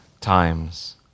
times